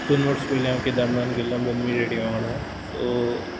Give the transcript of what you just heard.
पयलीं हांव केदारनाथ गेल्लो मम्मी डॅडी वांगडा सो